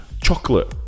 Chocolate